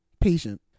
patient